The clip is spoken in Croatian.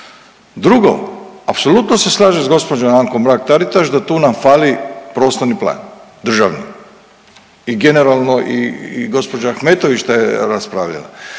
Drugo, apsolutno se slažem sa gospođom Ankom Mrak-Taritaš da tu nam fali prostorni plan državni i generalno i gospođa Ahmetović to je raspravljala.